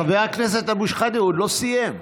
חבר הכנסת אבו שחאדה, הוא לא סיים.